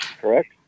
correct